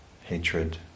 hatred